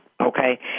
Okay